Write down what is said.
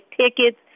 tickets